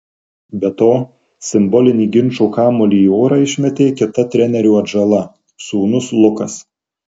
be to simbolinį ginčo kamuolį į orą išmetė kita trenerio atžala sūnus lukas